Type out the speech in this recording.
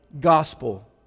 gospel